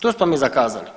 Tu smo mi zakazali.